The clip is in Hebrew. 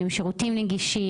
האם השירותים נגישים?